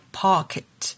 pocket